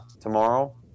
tomorrow